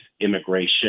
immigration